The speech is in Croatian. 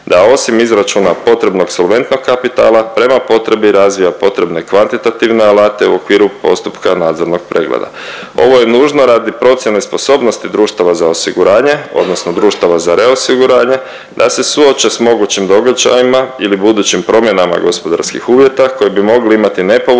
da osim izračuna potrebnog solventnog kapitala prema potrebi razvija potrebne kvantitativne alate u okviru postupka nadzornog pregleda. Ovo je nužno radi procjene sposobnosti društava za osiguranje odnosno društava za reosiguranje da se suoče s mogućim događajima ili budućim promjenama gospodarskih uvjeta koji bi mogli imati nepovoljne